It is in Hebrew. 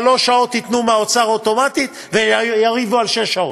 שלוש שעות ייתנו מהאוצר אוטומטית ויריבו על שש שעות.